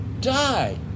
die